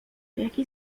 jaki